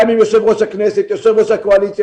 גם עם יושב ראש הכנסת ויושב ראש הקואליציה,